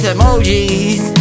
emojis